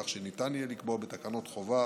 כך שניתן יהיה לקבוע בתקנות חובה